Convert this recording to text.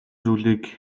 зүйлийг